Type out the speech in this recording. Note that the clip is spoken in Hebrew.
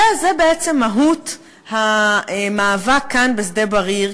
זו בעצם מהות המאבק כאן, בשדה-בריר.